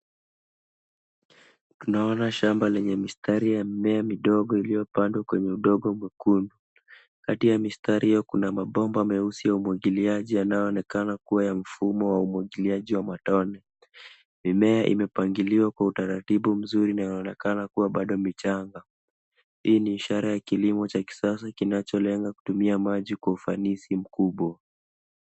Tunaona shamba lenye mistari ya mimea midogo iliyopandwa kwenye udongo mwekundu. Kati ya mistari hiyo kuna mabomba meusi ya umwagiliaji yanayoonekana kuwa ya mfumo wa umwagiliaji wa matone. Mimea imepangiliwa kwa utaratibu mzuri na inaonekana kuwa bado michanga. Hii ni ishara ya kilimo cha kisasa kinachoweza kutumia maji kwa ufanisi mkubwa.